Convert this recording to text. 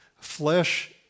flesh